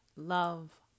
love